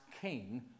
king